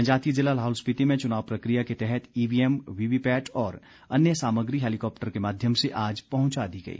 जनजातीय जिला लाहौल स्पिति में चुनाव प्रक्रिया के तहत ईवीएम वीवीपैट और अन्य सामग्री हैलीकॉप्टर के माध्यम से आज पहुंचा दी गई